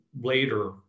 later